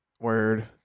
Word